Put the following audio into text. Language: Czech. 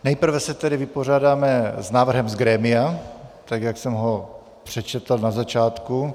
Nejprve se tedy vypořádáme s návrhem z grémia, tak jak jsem ho přečetl na začátku.